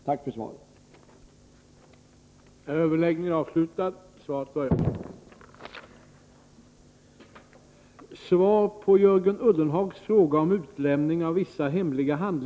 Tack ännu en gång för svaret.